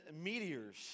meteors